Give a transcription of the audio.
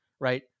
right